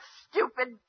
stupid